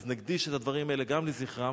אז נקדיש את הדברים האלה גם לזכרם.